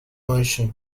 motion